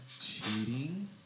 cheating